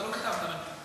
אתה לא כתבת את זה,